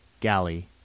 galley